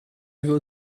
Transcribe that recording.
will